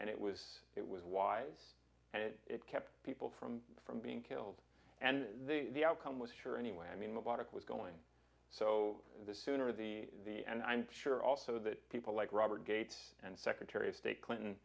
and it was it was wise and it kept people from from being killed and the outcome was sure anyway i mean mubarak was going so the sooner the the and i'm sure also that people like robert gates and secretary of state clinton